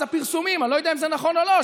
אני לא יודע אם זה נכון או לא,